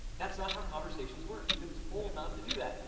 that's not how conversations work. we've been told not to do that.